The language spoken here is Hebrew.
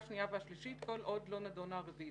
שנייה ושלישית כל עוד לא נדונה הרביזיה.